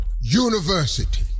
University